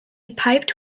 piped